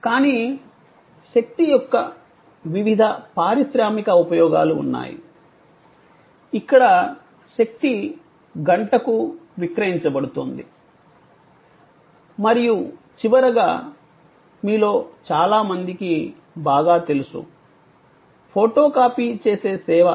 కానీ శక్తి యొక్క వివిధ పారిశ్రామిక ఉపయోగాలు ఉన్నాయి ఇక్కడ శక్తి గంటకు విక్రయించబడుతుంది మరియు చివరగా మీలో చాలా మందికి బాగా తెలుసు ఫోటో కాపీ చేసే సేవ